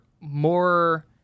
more